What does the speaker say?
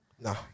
Nah